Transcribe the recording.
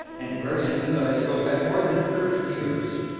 antiquarian society goes back more than thirty years.